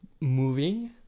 moving